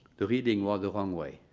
the reading was the wrong way.